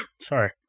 Sorry